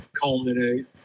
culminate